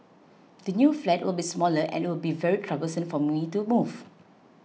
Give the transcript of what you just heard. the new flat will be smaller and it will be very troublesome for me to move